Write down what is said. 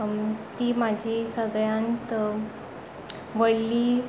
ती म्हजी सगल्यांत व्हडली